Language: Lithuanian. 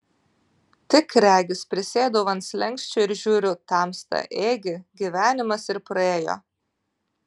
tik regis prisėdau ant slenksčio ir žiūriu tamsta ėgi gyvenimas ir praėjo